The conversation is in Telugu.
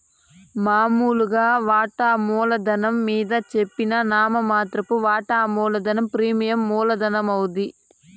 మామూలుగా వాటామూల ధనం మింద జెప్పిన నామ మాత్ర వాటా మూలధనం ప్రీమియం మూల ధనమవుద్ది